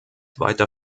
weiter